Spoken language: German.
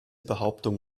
behauptung